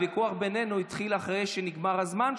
הוויכוח בינינו התחיל אחרי שנגמר הזמן שלך,